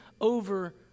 over